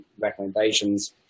recommendations